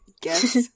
guess